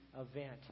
event